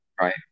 Right